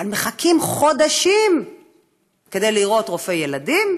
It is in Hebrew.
אבל מחכים חודשים כדי לראות רופא ילדים,